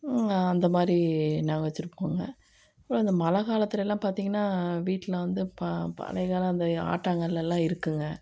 அந்த மாதிரி நாங்க வெச்சுருக்கோங்க ஸோ அந்த மழைக்காலத்துல எல்லாம் பார்த்தீங்கன்னா வீட்டில் வந்து ப பழைய கால அந்த ஆட்டாங்கல்லெல்லாம் இருக்குதுங்க